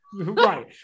Right